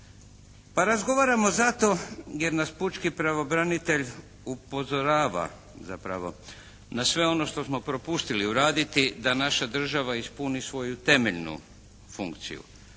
Pa razgovaramo zato jer nas pučki pravobranitelj upozorava zapravo na sve ono što smo propustili uraditi da naša država ispuni svoju temeljnu funkciju,